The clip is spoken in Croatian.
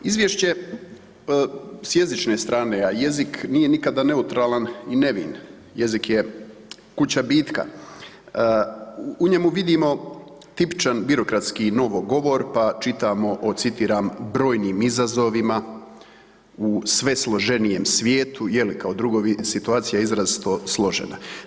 Izvješće s jezične strane, a jezik nije nikada neutralan i nevin, jezik je kuća bitka u njemu vidimo tipičan birokratski novogovor pa čitamo citiram o „brojnim izazovima u sve složenijem svijetu je li kao drugovi situacija izrazito složena“